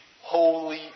holy